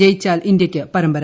ജയിച്ചാൽ ഇന്ത്യയ്ക്ക് പരമ്പര